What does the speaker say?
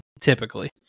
typically